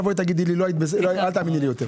תבואי ותגידי לי שלא הייתי בסדר ואל תאמיני לי יותר.